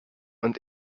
und